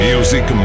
Music